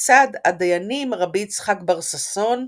לצד הדיינים רבי יצחק בר ששון,